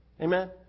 Amen